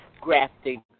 grafting